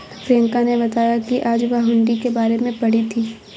प्रियंका ने बताया कि आज वह हुंडी के बारे में पढ़ी थी